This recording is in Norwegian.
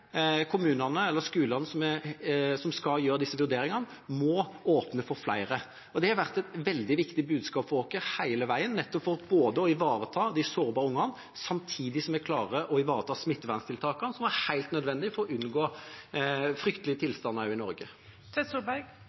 kommunene, eller skolene, som skal gjøre disse vurderingene, må åpne for flere. Det har vært et veldig viktig budskap fra oss hele veien, nettopp for å ivareta de sårbare barna samtidig som vi klarer å ivareta smitteverntiltakene, som er helt nødvendig for å unngå fryktelige tilstander også i Norge. Torstein Tvedt Solberg